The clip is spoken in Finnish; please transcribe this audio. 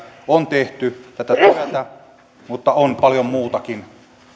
on tehty tätä työtä mutta on paljon muutakin